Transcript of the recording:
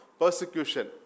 persecution